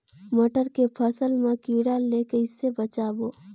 मटर के फसल मा कीड़ा ले कइसे बचाबो?